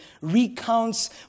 recounts